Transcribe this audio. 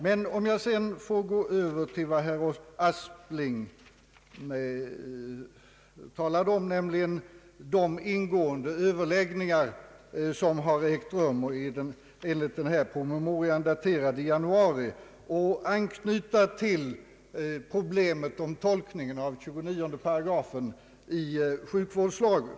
Låt mig sedan gå över till vad herr Aspling talade om, nämligen de ingående överläggningar som ägt rum enligt promemorian, daterad i januari, och anknyta till problemet om tolkningen av 29 8 sjukvårdslagen.